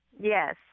Yes